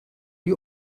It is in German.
die